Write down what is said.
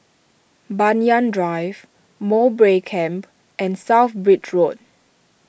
Banyan Drive Mowbray Camp and South Bridge Road